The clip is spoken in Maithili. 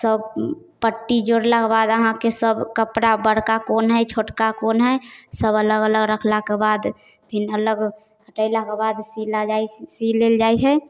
सब पट्टी जोड़लाके बाद अहाँके सब कपड़ा बड़का कोन हइ छोटका कोन हइ सब अलग अलग राखलाके बाद फेर अलग हटेलाके बाद सीबि ले सीबि लेल जाइ छै